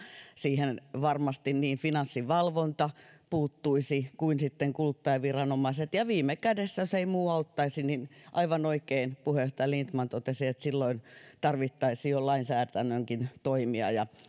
siihen varmasti puuttuisi niin finanssivalvonta kuin sitten kuluttajaviranomaiset ja viime kädessä jos ei muu auttaisi niin aivan oikein puheenjohtaja lindtman totesi että silloin tarvittaisiin jo lainsäädännönkin toimia ja